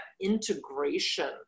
integration